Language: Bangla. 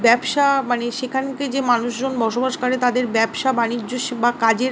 ব্যবসা মানে সেখানকে যে মানুষজন বসবাস করে তাদের ব্যবসা বাণিজ্য বা কাজের